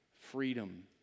freedom